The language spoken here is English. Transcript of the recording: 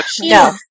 No